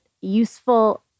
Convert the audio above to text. useful